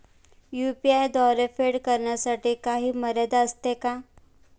UPI द्वारे फेड करण्यासाठी काही मर्यादा असते का?